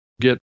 get